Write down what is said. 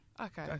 Okay